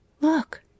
Look